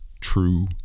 true